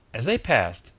as they passed,